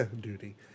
Duty